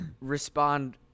respond